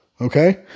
Okay